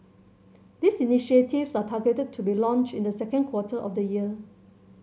these initiatives are targeted to be launched in the second quarter of the year